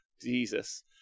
jesus